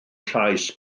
llais